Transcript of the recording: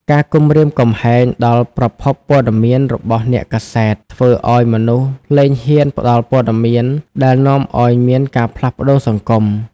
ការគំរាមកំហែងដល់ប្រភពព័ត៌មានរបស់អ្នកកាសែត ធ្វើឱ្យមនុស្សលែងហ៊ានផ្តល់ព័ត៌មានដែលនាំឱ្យមានការផ្លាស់ប្តូរសង្គម។